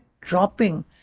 dropping